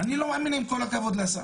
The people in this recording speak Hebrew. אני לא מאמין, עם כל הכבוד לשר.